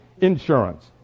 insurance